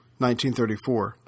1934